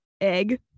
Egg